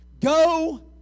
Go